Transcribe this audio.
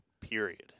period